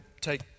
take